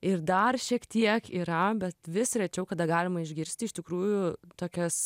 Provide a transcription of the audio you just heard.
ir dar šiek tiek yra bet vis rečiau kada galima išgirsti iš tikrųjų tokias